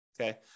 Okay